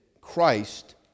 Christ